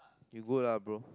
you good lah bro